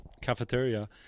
cafeteria